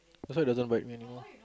that's why doesn't bite anymore